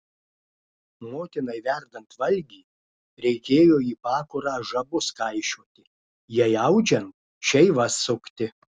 motinai verdant valgį reikėjo į pakurą žabus kaišioti jai audžiant šeivas sukti